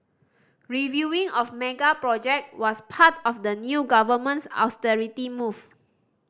reviewing of mega project was part of the new government's austerity move